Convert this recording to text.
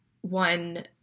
one